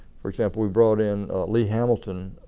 for example, we brought in lee hamilton